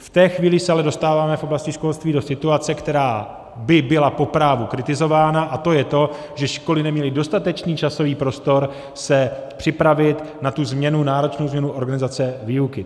V té chvíli se ale dostáváme v oblasti školství do situace, která by byla po právu kritizována, a to je to, že školy neměly dostatečný časový prostor se připravit na tu změnu, náročnou změnu organizace výuky.